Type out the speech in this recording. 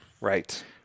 Right